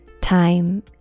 time